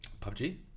PUBG